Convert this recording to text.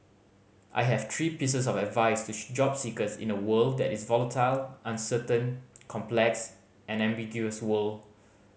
I have three pieces of advice to job seekers in a world that is volatile uncertain complex and ambiguous world